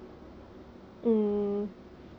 but orh very hard leh